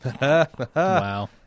Wow